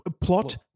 Plot